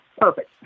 Perfect